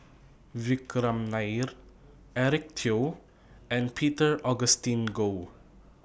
Vikram Nair Eric Teo and Peter Augustine Goh